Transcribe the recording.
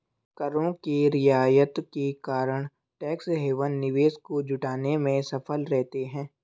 करों के रियायत के कारण टैक्स हैवन निवेश को जुटाने में सफल रहते हैं